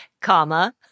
comma